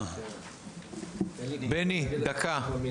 בני, דקה.